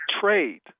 trade